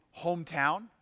hometown